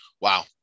Wow